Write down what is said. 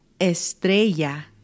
Estrella